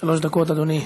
שלוש דקות, אדוני.